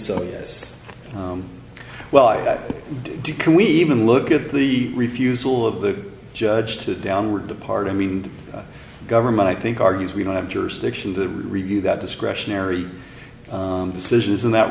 so yes well i do can we even look at the refusal of the judge to downward depart i mean the government i think argues we don't have jurisdiction to review that discretionary decision isn't that